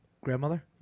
grandmother